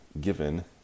given